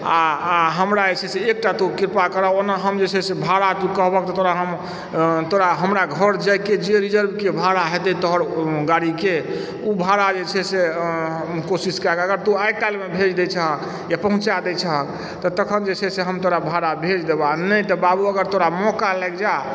आ आ हमरा जे छै से एकटा तों कृपा करह ओना हम जे छै से भाड़ा तों कहबह तऽ तोरा हम तोरा हमर घर जाइके जे रिजर्वके भाड़ा हेतय तोहर ओऽ गाड़ीके ओ भाड़ा जे छै से कोशिश कएके अगर तों आइ काल्हिमे भेज दय छह वा पहुँचा दय छह तऽ तखन जे छै से हम तोरा ओ भाड़ा भेज देबह आ नहि तऽ बाबू अगर तोरा मौका लागि जाइ